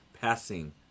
passing